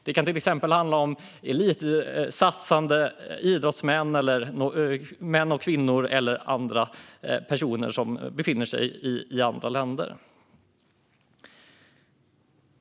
Det kan till exempel handla om elitsatsande idrottsmän och idrottskvinnor eller elever som befinner sig i andra länder.